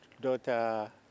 daughter